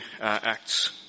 Acts